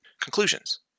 Conclusions